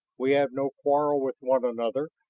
we have no quarrel with one another,